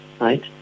right